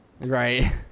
Right